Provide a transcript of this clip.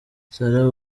sarah